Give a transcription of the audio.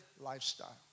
lifestyle